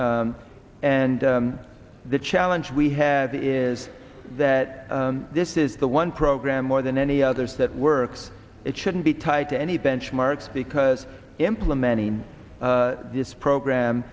budget and the challenge we have is that this is the one program more than any others that works it shouldn't be tied to any benchmarks because implementing this program